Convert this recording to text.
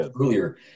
earlier